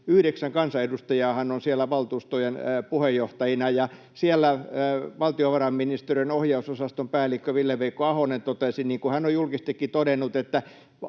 Yhdeksän kansanedustajaahan on siellä valtuustojen puheenjohtajina. Siellä valtiovarainministeriön ohjausosaston päällikkö Ville-Veikko Ahonen totesi, niin kuin hän on julkisestikin todennut, että